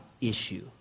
issue